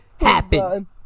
happen